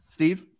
Steve